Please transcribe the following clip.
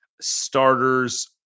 starters